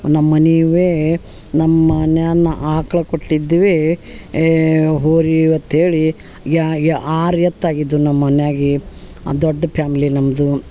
ನಮ್ಮ ಮನಿಯುವೇ ನಮ್ಮ ಮನ್ಯಾನ ಆಕ್ಳ ಕೊಟ್ಟಿದ್ವೆ ಏ ಹೋರಿ ಇವತ್ತು ಹೇಳಿ ಯಾ ಯಾ ಆರು ಎತ್ತು ಆಗಿದ್ವು ನಮ್ಮ ಮನ್ಯಾಗ ದೊಡ್ಡ ಪ್ಯಾಮ್ಲಿ ನಮ್ದು